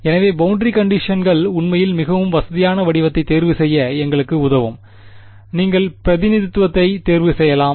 எனவே பௌண்டரி கண்டிஷன்கள் உண்மையில் மிகவும் வசதியான வடிவத்தைத் தேர்வுசெய்ய எங்களுக்கு உதவும் நீங்கள் பிரதிநிதித்துவத்தை தேர்வு செய்யலாம்